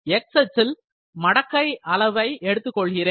x அச்சில் மடக்கை அளவை logarithmic scale எடுத்துக் கொள்கிறேன்